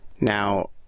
Now